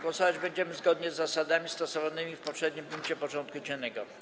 Głosować będziemy zgodnie z zasadami stosowanymi w poprzednim punkcie porządku dziennego.